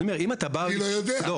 אתה יודע?